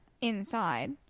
inside